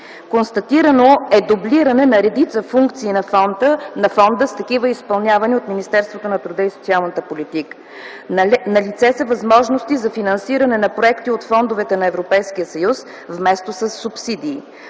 Констатирано е дублиране на редица функции на фонда с такива, изпълнявани от Министерството на труда и социалната политика. Налице са възможности за финансиране на проекти от фондовете на Европейския съюз, вместо със субсидии.